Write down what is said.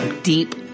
deep